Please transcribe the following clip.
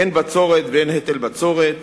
אין בצורת ואין היטל בצורת,